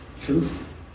truth